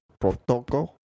protocol